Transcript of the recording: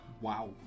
Wow